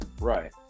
Right